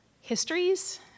histories